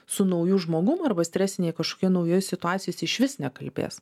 su nauju žmogum arba stresinėj kažkokioj naujoj situacijoj jis išvis nekalbės